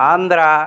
Andhra